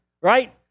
right